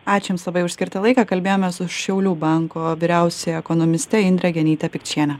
ačiū jums labai už skirtą laiką kalbėjomės su šiaulių banko vyriausioji ekonomistė indrė genytė pikčienė